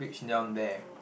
which neon bear